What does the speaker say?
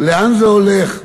לאן זה הולך.